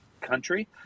country